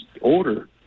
order